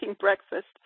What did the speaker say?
breakfast